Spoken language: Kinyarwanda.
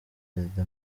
perezida